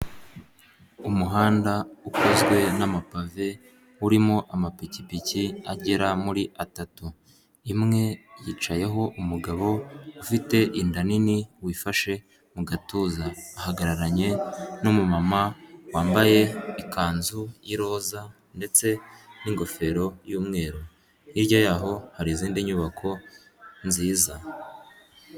Umuhanda ukozwe n'amapave, urimo amapikipiki agera muri atatu, imwe yicayeho umugabo ufite inda nini wifashe mu gatuza ahagararanye n'umumama wambaye ikanzu y'iroza ndetse n'ingofero y'umweru hirya yaho hari izindi nyubako nziza.